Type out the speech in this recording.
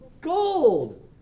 Gold